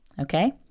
okay